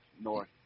north